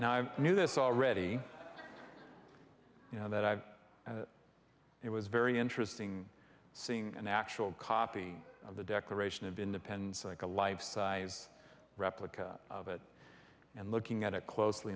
now i knew this already you know that i and it was very interesting seeing an actual copy of the declaration of independence like a life size replica of it and looking at it closely